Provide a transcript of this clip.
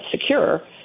secure